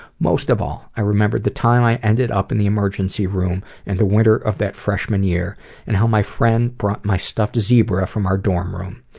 most of all, i remembered the time i ended up in the emergency room in and the winter of that freshman year and how my friend brought my stuffed zebra from our dorm room.